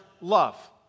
love